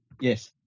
Yes